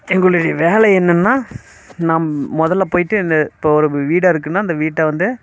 எங்களுடைய வேலை என்னென்னால் நம் முதல்ல போயிட்டு அந்த இப்போது ஒரு வீடாக இருக்குனால் அந்த வீட்டை வந்து